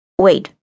wait